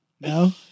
No